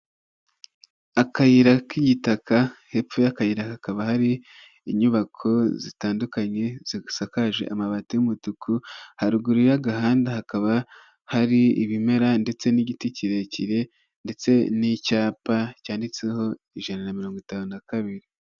Akayira k'igitaka hepfo y'akayira hakaba hari inyubako zitandukanye zisakaje amabati y'umutuku, haruguru y'agahanda hakaba hari ibimera ndetse n'igiti kirekire ndetse n'icyapa cyanditseho ijana na mirongo itanu na kabiri.